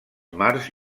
mars